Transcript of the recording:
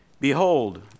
Behold